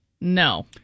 No